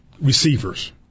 receivers